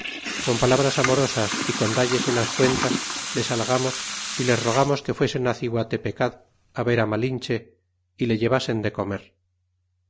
con palabras amorosas y con dalles unas cuentas les halagamos y les rogamos que fuesen ciguatepecad ver á malinche y le llevasen de comer